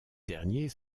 derniers